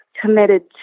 committed